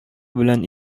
белән